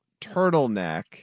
turtleneck